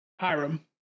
Hiram